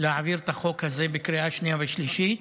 להעביר את החוק הזה בקריאה שנייה ושלישית.